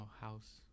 house